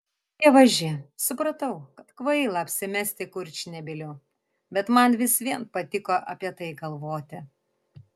dievaži supratau kad kvaila apsimesti kurčnebyliu bet man vis vien patiko apie tai galvoti